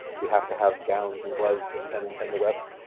we have to have gowns and gloves and and and the rest.